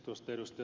tuosta ed